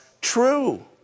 true